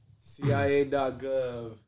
CIA.gov